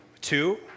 Two